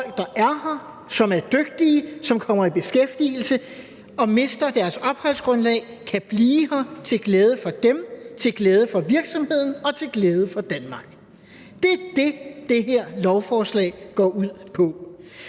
der er her, som er dygtige, som kommer i beskæftigelse, men mister deres opholdsgrundlag, kan blive her til glæde for dem, til glæde for virksomheden og til glæde for Danmark. Det er det, det her lovforslag går ud på.